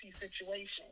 situation